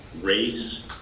race